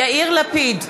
לפיד,